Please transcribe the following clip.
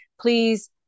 please